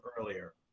earlier